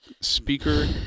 speaker